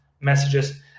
messages